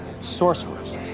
Sorcerers